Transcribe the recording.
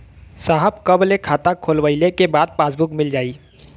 साहब कब ले खाता खोलवाइले के बाद पासबुक मिल जाई?